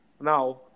Now